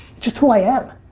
just who i am.